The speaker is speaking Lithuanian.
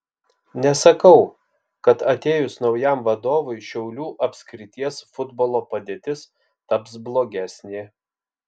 nesakau kad atėjus naujam vadovui šiaulių apskrities futbolo padėtis taps blogesnė